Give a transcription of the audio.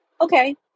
Okay